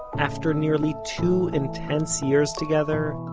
after nearly two intense years together,